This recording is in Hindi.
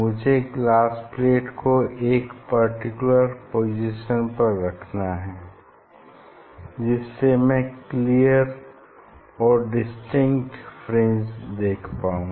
मुझे ग्लास प्लेट को एक पर्टिकुलर पोजीशन पर रखना है जिससे मैं क्लियर और डिस्टिंक्ट फ्रिंज देख पाऊं